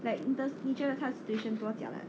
like the 你觉得他 situation 多 jialat